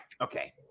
Okay